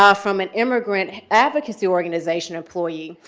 ah from an immigrant advocacy organization employee,